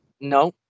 No